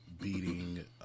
beating